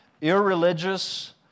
irreligious